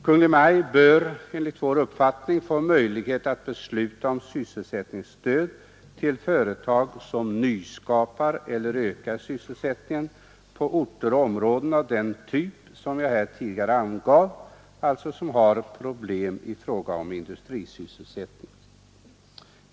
Kungl. Maj:t bör enligt vår mening få möjlighet att besluta om sysselsättningsstöd till företag som nyskapar eller ökar sysselsättningen på orter och i områden av den typ som jag tidigare angivit, alltså områden som har problem i fråga om industrisysselsättning.